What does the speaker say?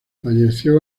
falleció